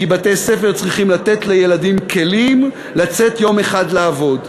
כי בתי-ספר צריכים לתת לילדים כלים לצאת יום אחד לעבוד.